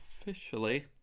officially